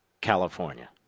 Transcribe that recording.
California